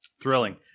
Thrilling